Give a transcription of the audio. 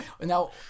Now